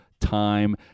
time